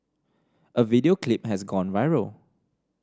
a video clip has gone viral